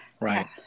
Right